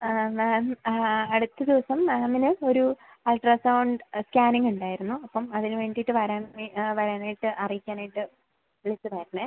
ആ മാം ആ അടുത്ത ദിവസം മാമിന് ഒരു അൾട്രാ സൗണ്ട് സ്കാനിംഗുണ്ടായിരുന്നു അപ്പം അതിന് വേണ്ടിയിട്ട് വരാൻ വരാനായിട്ട് അറിയിക്കാനായിട്ട് വിളിച്ചതായിരുന്നേ